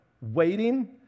waiting